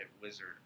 wizard